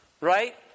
right